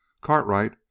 cartwright